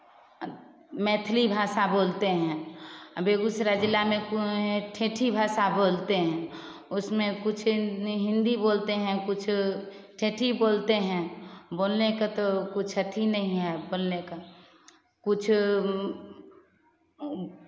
मैथिली भाषा बोलते हैं बेगूसराय जिला में कोई हैं ठेठी भाषा बोलते हैं उसमें कुछ हिन्दी बोलते हैं कुछ ठेठी बोलते हैं बोलने का तो कुछ अथि नहीं है बोलने का कुछ